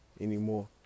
anymore